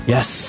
Yes